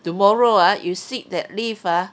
tomorrow ah you seat that lift ah